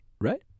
Right